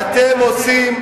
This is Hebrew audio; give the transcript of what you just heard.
איך שהוא מדבר.